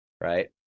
right